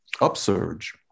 upsurge